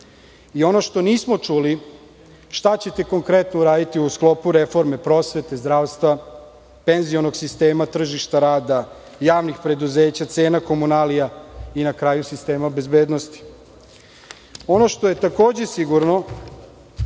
Ono što nismo čuli šta ćete konkretno uraditi u sklopu reforme prosvete, zdravstva, penzionog sistema, tržišta rada, javnih preduzeća, cena komunalija, i na kraju sistema bezbednosti? Ono što je takođe sigurno,